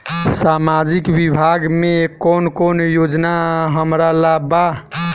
सामाजिक विभाग मे कौन कौन योजना हमरा ला बा?